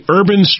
Urban